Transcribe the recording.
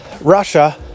Russia